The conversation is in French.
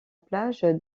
plage